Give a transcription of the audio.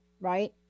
right